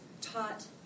taught